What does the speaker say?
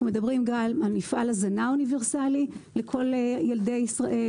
מדברים גם על מפעל הזנה אוניברסלי לכל ילדי ישראל,